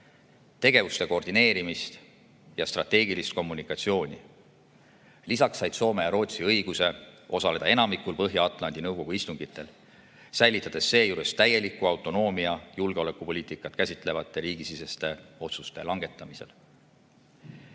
tegevuste koordineerimist ja strateegilist kommunikatsiooni. Lisaks said Soome ja Rootsi õiguse osaleda enamikul Põhja-Atlandi Nõukogu istungitel, säilitades seejuures täieliku autonoomia julgeolekupoliitikat käsitlevate riigisiseste otsuste langetamisel.